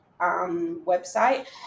website